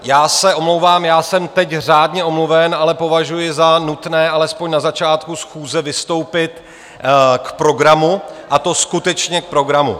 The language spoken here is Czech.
Já se omlouvám, já jsem teď řádně omluven, ale považuji za nutné alespoň na začátku schůze vystoupit k programu, a to skutečně k programu.